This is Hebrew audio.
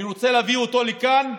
אני רוצה להביא אותו לכאן,